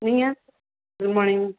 நீங்கள் good morning